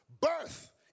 Birth